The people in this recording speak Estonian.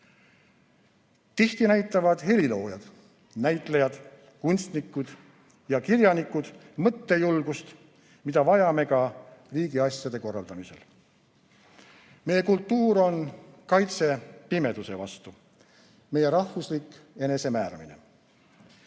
Tihti näitavad heliloojad, näitlejad, kunstnikud või kirjanikud mõttejulgust, mida vajame ka riigiasjade korraldamisel. Meie kultuur on kaitse pimeduse vastu, meie rahvuslik enesemääramine.